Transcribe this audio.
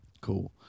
Cool